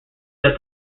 that